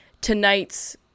tonight's